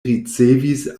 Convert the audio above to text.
ricevis